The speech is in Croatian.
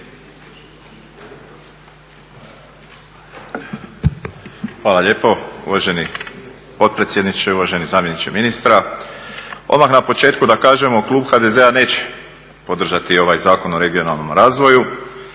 Hvala lijepo uvaženi potpredsjedniče, uvaženi zamjeniče ministra. Odmah na početku da kažemo klub HDZ-a neće podržati ovaj Zakon o regionalnom razvoju